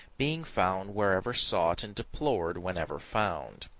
being found wherever sought and deplored wherever found.